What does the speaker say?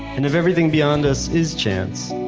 and if everything beyond us is chance,